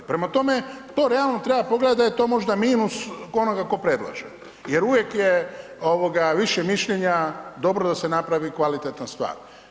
Prema tome, to realno treba pogledati da je to možda minus onoga tko predlaže jer uvijek je više mišljenja dobro da se napravi kvalitetna stvar.